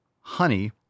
honey